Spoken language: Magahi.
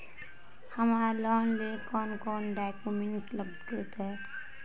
हमरा लोन लेले कौन कौन डॉक्यूमेंट लगते?